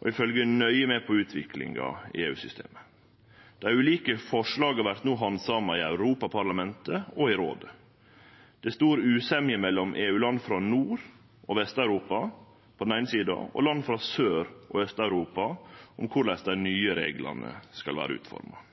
og vi følgjer nøye med på utviklinga i EU-systemet. Dei ulike forslaga vert no handsama i Europaparlamentet og i Rådet. Det er stor usemje mellom EU-land frå Nord- og Vest-Europa og land frå Sør- og Aust-Europa om korleis dei nye reglane skal utformast.